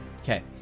Okay